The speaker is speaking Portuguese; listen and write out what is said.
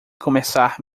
começar